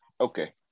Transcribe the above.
okay